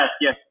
Yes